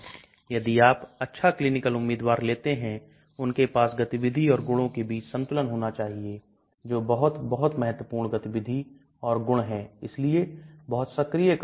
तो घुलनशीलता पर शरीर विज्ञान gastrointestinal tract एक गतिशील वातावरण है क्योंकि भोजन आता है पानी अंदर आता है और कुछ समय के बाद एंजाइम महत्वपूर्ण भूमिका निभाते हैं और यह खाली हो जाता है